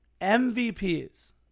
mvps